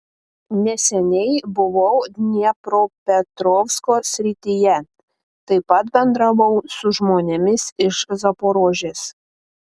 neseniai buvau dniepropetrovsko srityje taip pat bendravau su žmonėmis iš zaporožės